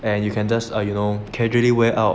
and you can just err you know casually wear out